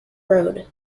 road